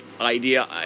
idea